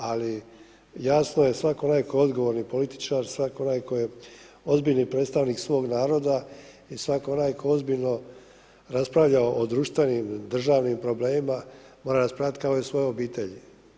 Ali jasno je svako onaj tko je odgovoran političar, svako onaj tko je ozbiljni predstavnik svog naroda i svako onaj koji ozbiljno raspravlja o društvenim, državnim problemima mora raspravljati ako u svojoj obitelji.